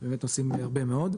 באמת נוסעים הרבה מאוד,